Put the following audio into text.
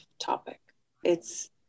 topic—it's